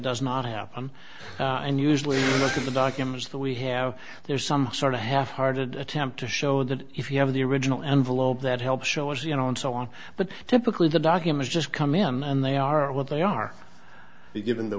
does not happen and usually in the documents that we have there's some sort of half hearted attempt to show that if you have the original envelope that helps shows you know and so on but typically the documents just come in and they are what they are given the